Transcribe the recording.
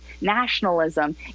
nationalism